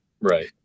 Right